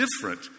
different